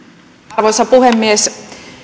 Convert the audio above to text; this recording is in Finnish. arvoisa puhemies